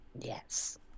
Yes